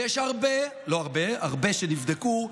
ויש הרבה, לא הרבה, הרבה שנבדקו,